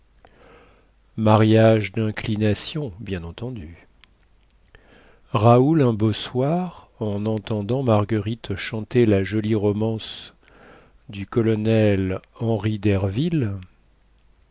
mariage dinclination bien entendu raoul un beau soir en entendant marguerite chanter la jolie romance du colonel henry derville